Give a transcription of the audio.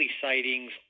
sightings